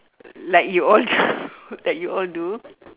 like you all do like you all do